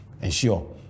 Ensure